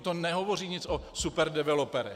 To nehovoří nic o superdeveloperech.